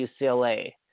UCLA